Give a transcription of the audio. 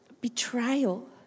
betrayal